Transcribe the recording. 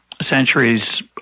centuries –